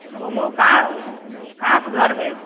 बोलू कहाँ कहाँ से घर भेल